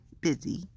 busy